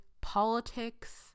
politics